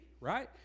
right